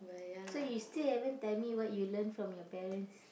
so you still haven't tell me what you learn from your parents